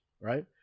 right